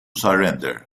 surrender